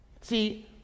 See